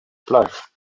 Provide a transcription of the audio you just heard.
plage